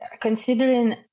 Considering